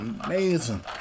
amazing